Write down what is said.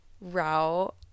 route